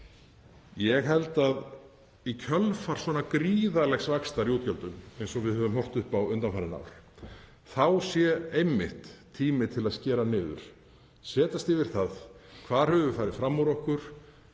Ég held að í kjölfar svona gríðarlegs vaxtar í útgjöldum eins og við höfum horft upp á undanfarin ár þá sé einmitt tími til að skera niður, setjast yfir það hvar við höfum farið fram úr okkur,